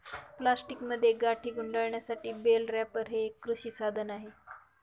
प्लास्टिकमध्ये गाठी गुंडाळण्यासाठी बेल रॅपर हे एक कृषी साधन आहे